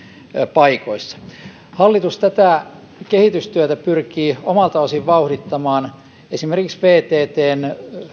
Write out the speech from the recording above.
paikoissa hallitus tätä kehitystyötä pyrkii omalta osaltaan vauhdittamaan esimerkiksi pttn